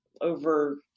over